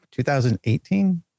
2018